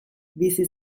bizi